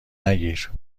نگیر